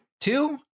Two